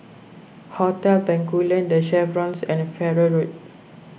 Hotel Bencoolen the Chevrons and Farrer Road